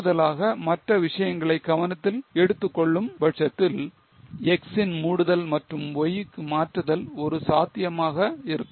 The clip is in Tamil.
கூடுதலாக மற்ற விஷயங்களை கவனத்தில் எடுத்துக் கொள்ளும் பட்சத்தில் X ன் மூடுதல் மற்றும் Y க்கு மாற்றுதல் ஒரு சாத்தியமாக இருக்கும்